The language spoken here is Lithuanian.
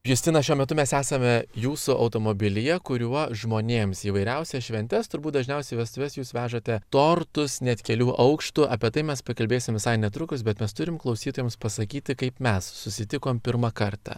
justina šiuo metu mes esame jūsų automobilyje kuriuo žmonėms įvairiausias šventes turbūt dažniausiai į vestuves jūs vežate tortus net kelių aukštų apie tai mes pakalbėsim visai netrukus bet mes turim klausytojams pasakyti kaip mes susitikom pirmą kartą